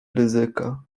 ryzyka